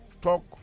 talk